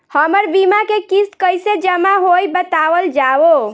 हमर बीमा के किस्त कइसे जमा होई बतावल जाओ?